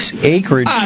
acreage